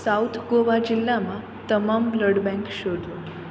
south Goa જિલ્લામાં તમામ blood bank શોધો